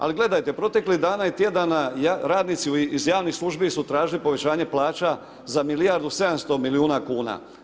Ali gledajte, proteklih dana i tjedana radnici iz javnih službi su tražili povećanje plaća za milijardu 700 milijuna kuna.